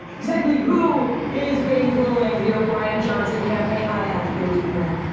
exactly who is bankrolling the o'brien-johnson campaign? i had to go deeper.